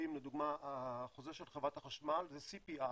לדוגמה החוזה של חברת החשמל זה CPI,